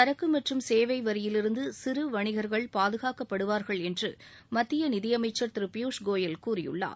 சரக்கு மற்றும் சேவை வரியிலிருந்து சிறு வணிகர்கள் பாதுகாக்கப்படுவார்கள் என்று மத்திய நிதியமைச்சர் திரு பியூஷ் கோயல் கூறியிருக்கிறார்